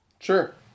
Sure